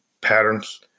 patterns